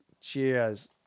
Cheers